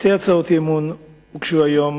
שתי הצעות אי-אמון הוגשו היום,